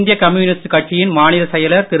இந்திய கம்யூனிஸ்ட் கட்சியின் மாநிலச் செயலர் திரு